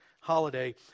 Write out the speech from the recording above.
holiday